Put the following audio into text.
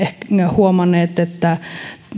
huomanneet että